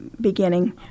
beginning